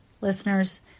listeners